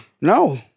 No